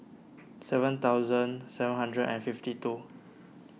seven thousand seven hundred and fifty two